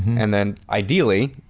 and then ideally,